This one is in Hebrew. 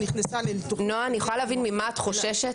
חוששת?